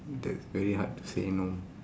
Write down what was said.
that's very hard to say no